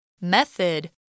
Method